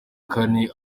kane